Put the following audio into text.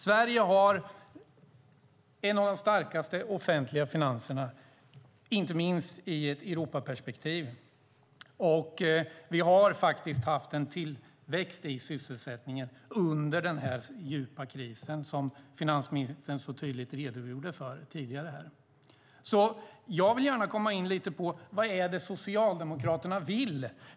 Sverige har en av de starkaste offentliga finanserna, inte minst i ett Europaperspektiv, och vi har faktiskt haft en tillväxt i sysselsättningen under den här djupa krisen, vilket finansministern tydligt redogjorde för tidigare. Jag vill därför gärna komma in lite på vad det är Socialdemokraterna vill.